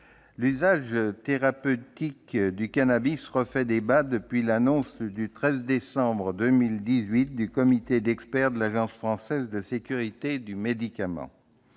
l'usage thérapeutique du cannabis refait débat depuis l'annonce du 13 décembre 2018 du comité d'experts de l'Agence nationale de sécurité du médicament